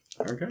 Okay